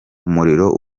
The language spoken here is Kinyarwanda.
umuriro